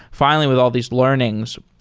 finally with all these learnings,